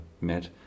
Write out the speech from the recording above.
met